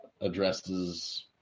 addresses